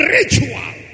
ritual